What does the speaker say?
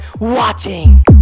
watching